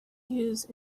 use